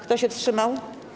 Kto się wstrzymał?